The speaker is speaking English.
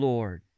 Lord